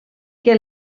que